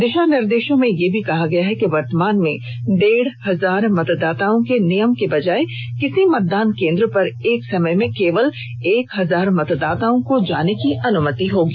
दिशा निर्देशों में यह भी कहा गया है कि वर्तमान में पन्द्रह सौ मतदाताओं के नियम की बजाय किसी मतदान केंद्र पर एक समय में केवल एक हजार मतदाताओं को जाने की अनुमति दी जायेगी